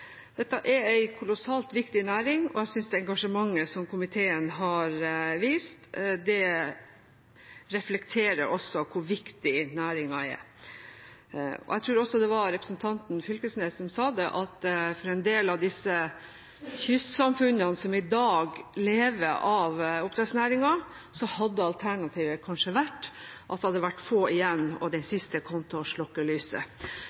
Dette er en kolossalt viktig næring, og jeg synes det engasjementet som komiteen har vist, også reflekterer hvor viktig næringen er. Jeg tror det var representanten Knag Fylkesnes som sa at for en del av disse kystsamfunnene som i dag lever av oppdrettsnæringen, hadde alternativet kanskje vært at det hadde vært få igjen, og den siste kom til å slukke lyset.